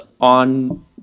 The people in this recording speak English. on